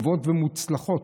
טובות ומוצלחות.